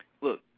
Look